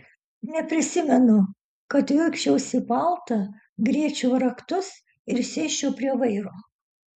neprisimenu kad vilkčiausi paltą griebčiau raktus ir sėsčiau prie vairo